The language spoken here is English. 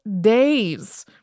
days